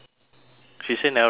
she say never register